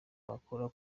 bakora